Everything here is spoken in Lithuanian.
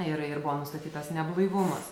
ir ir buvo nustatytas neblaivumas